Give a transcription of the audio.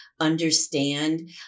understand